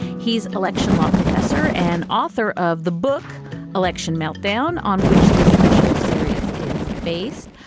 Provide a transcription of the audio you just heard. he's election law professor and author of the book election meltdown, on which this special series is based.